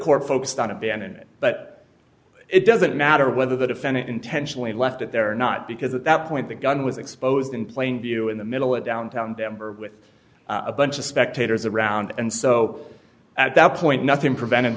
court focused on a ban it but it doesn't matter whether the defendant intentionally left it there or not because at that point the gun was exposed in plain view in the middle of downtown denver with a bunch of spectators around and so at that point nothing prevented